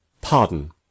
pardon